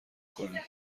کنی